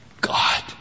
God